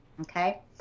Okay